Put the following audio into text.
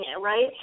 right